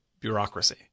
bureaucracy